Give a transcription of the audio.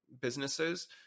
businesses